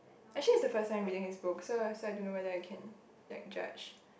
actually is the first time reading his book so so I don't know whether I can like judge